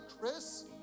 Chris